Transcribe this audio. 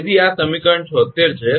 તેથી આ સમીકરણ 76 છે